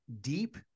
deep